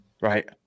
Right